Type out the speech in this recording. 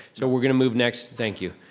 so we're gonna move next, thank you.